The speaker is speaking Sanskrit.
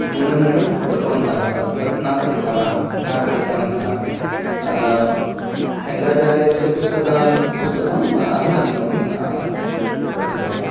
न्यूनं न्यूनं कृतवन्तः पट् न पठितवान् न पठितवन्तः शङ्कराचार्यस्य पुस्तकालयः पुस्तकं अहमधिकं पठितवान्